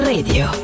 Radio